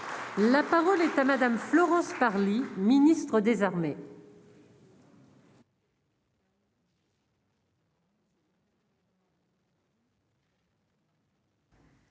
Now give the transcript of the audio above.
La parole est à Madame Florence Parly ministre désarmer.